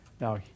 Now